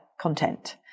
content